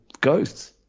ghosts